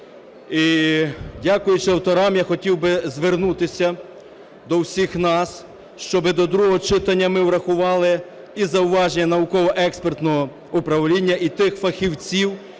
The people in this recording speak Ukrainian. І, дякуючи авторам, я хотів би звернутися до всіх нас, щоб до другого читання ми врахували і зауваження науково-експертного управління, і тих фахівців,